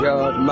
God